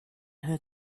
her